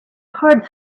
hard